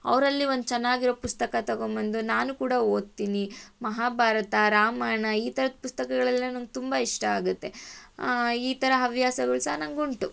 ಅವರಲ್ಲಿ ಒಂದು ಚೆನ್ನಾಗಿರೊ ಪುಸ್ತಕ ತಗೊಬಂದು ನಾನು ಕೂಡ ಓದ್ತೀನಿ ಮಹಾಭಾರತ ರಾಮಾಯಣ ಈ ಥರದ್ ಪುಸ್ತಕಗಳೆಲ್ಲ ನನಗ್ ತುಂಬ ಇಷ್ಟ ಆಗುತ್ತೆ ಈ ಥರ ಹವ್ಯಾಸಗಳು ಸಹ ನನಗ್ ಉಂಟು